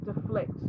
deflect